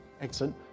Excellent